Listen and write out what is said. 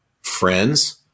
friends